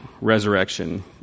resurrection